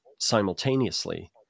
simultaneously